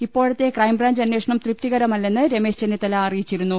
ഇപ്പോഴത്തെ ക്രൈംബ്രാഞ്ച് അന്വേഷണം തൃപ്തി കരമല്ലെന്ന് രമേശ് ചെന്നിത്തല അറിയിച്ചിരുന്നു